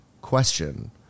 question